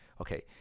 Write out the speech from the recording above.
Okay